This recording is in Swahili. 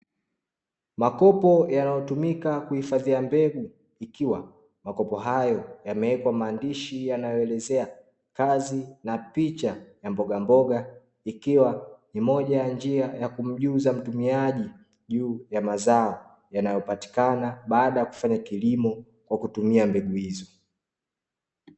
Makopo yanayotumika kuhifadhia mbegu, ikiwa makopo hayo yamewekwa maandishi yanayoelezea kazi na picha ya mbogamboga, ikiwa ni moja ya njia ya kumjuza mtumiaji juu ya mazao yanayopatikana baada ya kufanya kilimo kwa kutumia mbegu hizo.